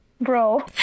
Bro